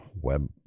web